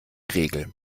regel